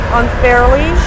unfairly